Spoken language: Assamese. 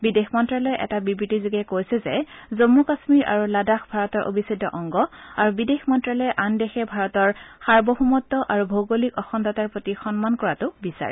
বিদেশ মন্তালয়ে এটা বিবৃতিযোগে কৈছে যে জম্মু কাশ্মীৰ আৰু লাডাখ ভাৰতৰ অবিছেদ্য অংগ আৰু বিদেশ মন্তালয়ে আন দেশে ভাৰতৰ সাৰ্বভৌমত্ব আৰু ভৌগোলিক অখণ্ডতাৰ প্ৰতি সন্মান কৰাটো বিচাৰে